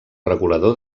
regulador